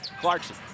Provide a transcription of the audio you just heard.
Clarkson